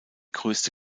größte